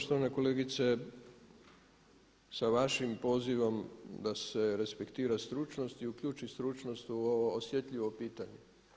Poštovana kolegice sa vašim pozivom da se respektira stručnost i uključi stručnost u ovo osjetljivo pitanje.